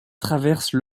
traverse